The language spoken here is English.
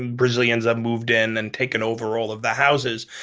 and brazilians have moved in and taken over all of the houses,